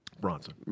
Bronson